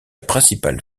principale